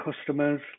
customers